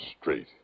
straight